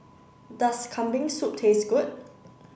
does Kambing soup taste good